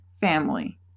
family